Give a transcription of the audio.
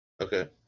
Okay